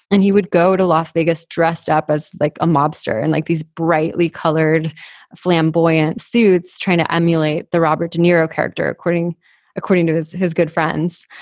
and he would go to las vegas dressed up as like a mobster and like these brightly colored flamboyant suits, trying to emulate the robert de niro character, according according to his his good friends.